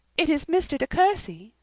it is mr. de courcy!